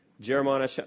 Jeremiah